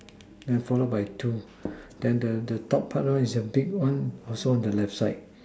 then followed by two then the the top part one is the big one also on the left side